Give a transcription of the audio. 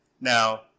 Now